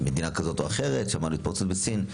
ממדינה כזו או אחרת, ושמענו שהייתה התפרצות בסין.